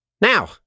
Now